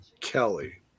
Kelly